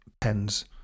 pens